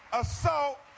assault